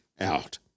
out